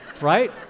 right